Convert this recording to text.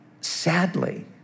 sadly